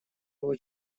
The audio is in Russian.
его